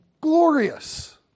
glorious